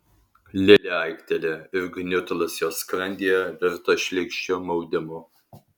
lilė aiktelėjo ir gniutulas jos skrandyje virto šleikščiu maudimu